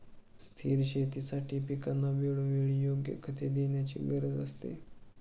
स्थिर शेतीसाठी पिकांना वेळोवेळी योग्य खते देण्याची गरज असते